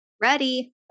Ready